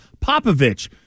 Popovich